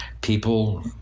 people